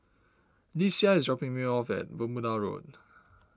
Lesia is dropping me off at Bermuda Road